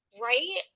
Right